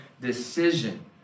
decision